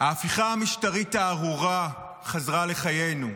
ההפיכה המשטרית הארורה חזרה לחיינו.